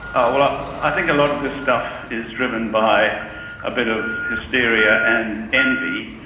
oh well i think a lot of this stuff is driven by a bit of hysteria and envy,